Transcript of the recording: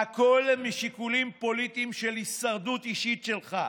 והכול משיקולים פוליטיים של הישרדות אישית שלך,